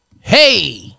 hey